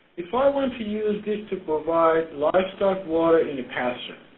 if i want to use this to provide livestock water in a pasture?